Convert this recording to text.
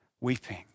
weeping